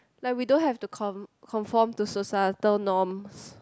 like we don't have to con~ conform to societal norms